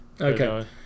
Okay